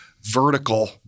vertical